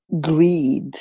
greed